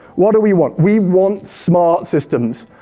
what do we want? we want smart systems.